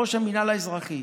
ראשי המינהל האזרחי